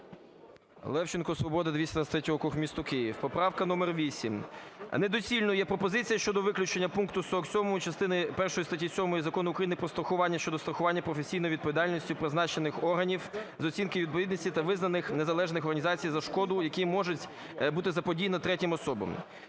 Левченко, "Свобода", 223 округ, місто Київ. Поправка номер 8. Недоцільною є пропозиція щодо виключення пункту 47 частини першої статті 7 Закону України "Про страхування" щодо страхування професійної відповідальності призначених органів з оцінки відповідності та визнаних незалежних організацій за шкоду, яка може бути заподіяна третім особам.